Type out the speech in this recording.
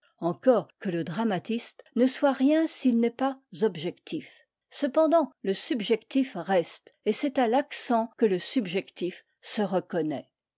encore que le dramatiste ne soit rien s'il n'est pas objectif cependant le subjectif reste et c'est à l'accent que le subjectif se reconnaît